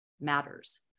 matters